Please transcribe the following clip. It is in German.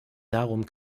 darum